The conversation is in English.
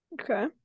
Okay